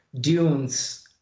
dunes